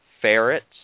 ferrets